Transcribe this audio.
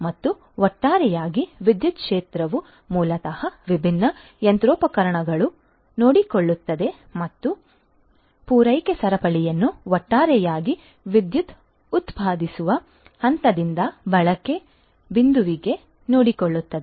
ಮತ್ತು ಒಟ್ಟಾರೆಯಾಗಿ ವಿದ್ಯುತ್ ಕ್ಷೇತ್ರವು ಮೂಲತಃ ವಿಭಿನ್ನ ಯಂತ್ರೋಪಕರಣಗಳನ್ನು ನೋಡಿಕೊಳ್ಳುತ್ತದೆ ಮತ್ತು ಪೂರೈಕೆ ಸರಪಳಿಯನ್ನು ಒಟ್ಟಾರೆಯಾಗಿ ವಿದ್ಯುತ್ ಉತ್ಪಾದಿಸುವ ಹಂತದಿಂದ ಬಳಕೆ ಬಿಂದುವಿಗೆ ನೋಡಿಕೊಳ್ಳುತ್ತದೆ